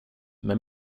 med